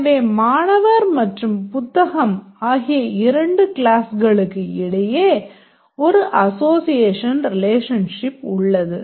எனவே மாணவர் மற்றும் புத்தகம் ஆகிய இரண்டு க்ளாஸ்களுக்கு இடையே ஒரு அசோசியேஷன் ரிலேஷன்ஷிப் உள்ளது